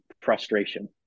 frustration